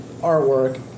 artwork